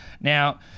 Now